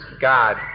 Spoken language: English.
God